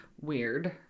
Weird